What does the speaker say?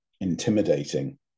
intimidating